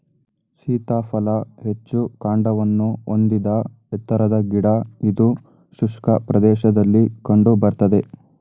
ಸೀತಾಫಲ ಹೆಚ್ಚು ಕಾಂಡವನ್ನು ಹೊಂದಿದ ಎತ್ತರದ ಗಿಡ ಇದು ಶುಷ್ಕ ಪ್ರದೇಶದಲ್ಲಿ ಕಂಡು ಬರ್ತದೆ